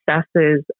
successes